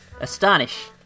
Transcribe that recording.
Astonish